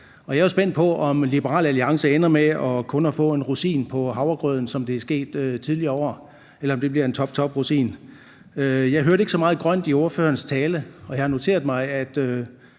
jeg er jo spændt på, om Liberal Alliance ender med kun at få en rosin på havregrøden, som det er sket tidligere år, eller om det bliver en toptoprosin. Jeg hørte ikke så meget grønt i ordførerens tale, og jeg har noteret mig, at